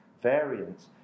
Variants